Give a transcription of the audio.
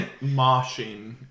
moshing